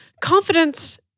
Confidence